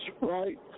right